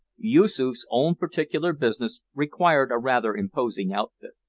yoosoof's own particular business required a rather imposing outfit.